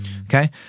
Okay